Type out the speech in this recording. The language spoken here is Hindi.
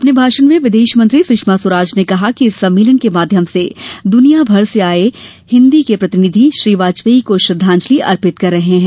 अपने भाषण में विदेश मंत्री सुषमा स्वराज ने कहा कि इस सम्मेलन के माध्यम से दूनिया भर से आये हिन्दी के प्रतिनिधि श्री वाजपेयी को श्रद्धांजलि अर्पित कर रहे हैं